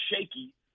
shaky